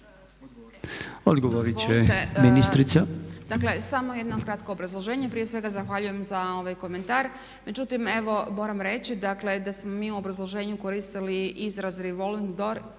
Odgovorit će ministrica.